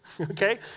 Okay